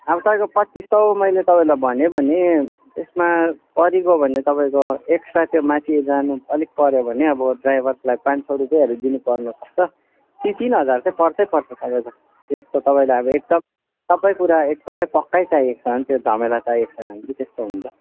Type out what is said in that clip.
अब तपाईँको पच्चिस सौ मैले तपाईँलाई भनेँ भने यसमा परिगयो भने तपाईँको एक्स्ट्रा त्यो माथि जानु अलिक पऱ्यो भने अब ड्राइभरलाई पाँच सौ रुपियाँहरू दिनु पर्नसक्छ ति तिन हजार चाहिँ तपाईँको पर्छै पर्छ तपाईँको एक त तपाईँलाई अब एक त सबै कुरा एकदमै पक्कै चाहिएको छ भने त्यो झमेला चाहिएको छैन भने त्यस्तो हुन्छ